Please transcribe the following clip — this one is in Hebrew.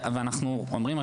ואנחנו אומרים,